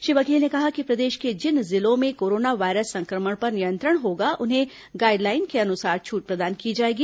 श्री बघेल ने कहा कि प्रदेश के जिन जिलों में कोरोना वायरस संक्रमण पर नियंत्रण होगा उन्हें गाइडलाइन के अनुसार छूट प्रदान की जाएगी